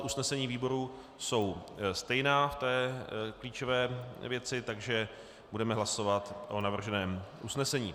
Usnesení výborů jsou stejná v té klíčové věci, takže budeme hlasovat o navrženém usnesení.